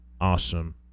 awesome